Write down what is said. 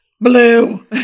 blue